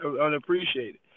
Unappreciated